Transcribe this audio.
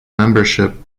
membership